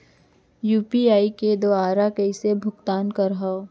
UPI के दुवारा कइसे भुगतान करहों?